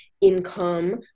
income